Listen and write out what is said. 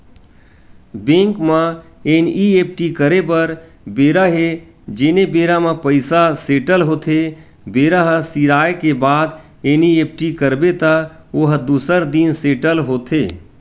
bank म NEFT करे बर बेरा हे जेने बेरा म पइसा सेटल होथे बेरा ह सिराए के बाद एन.ई.एफ.टी करबे त ओ ह दूसर दिन सेटल होथे